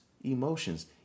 emotions